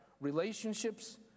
relationships